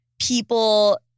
people